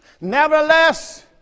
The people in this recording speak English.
Nevertheless